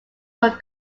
were